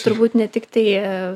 turbūt ne tiktai